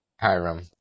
Hiram